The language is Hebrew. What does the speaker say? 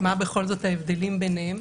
מה בכל זאת ההבדלים ביניהם.